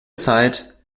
zeit